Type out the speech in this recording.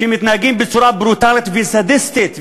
מתנהגים בצורה ברוטלית וסדיסטית,